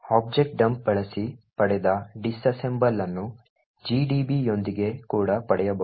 objdump ಬಳಸಿ ಪಡೆದ disassemble ಅನ್ನು gdb ಯೊಂದಿಗೆ ಕೂಡ ಪಡೆಯಬಹುದು